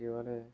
ఇటీవలే